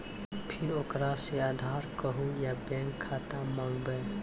फिर ओकरा से आधार कद्दू या बैंक खाता माँगबै?